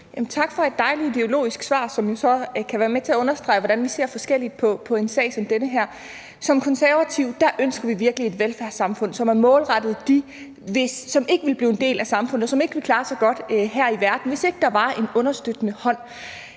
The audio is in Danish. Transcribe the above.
Tak for et dejlig ideologisk svar, som så kan være med til at understrege, hvordan vi ser forskelligt på en sag som den her. Som konservativ ønsker vi virkelig et velfærdssamfund, som er målrettet dem, der ikke ville blive en del af samfundet, og som ikke ville klare sig godt her i verden, hvis ikke der var en understøttende hånd.